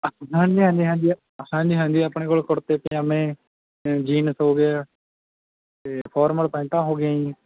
ਹਾਂਜੀ ਹਾਂਜੀ ਹਾਂਜੀ ਹਾਂਜੀ ਹਾਂਜੀ ਆਪਣੇ ਕੋਲ ਕੁੜਤੇ ਪਜਾਮੇ ਜੀਨਸ ਹੋ ਗਿਆ ਅਤੇ ਫੋਰਮਲ ਪੈਂਟਾਂ ਹੋ ਗਈਆਂ ਜੀ